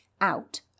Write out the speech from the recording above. out